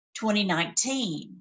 2019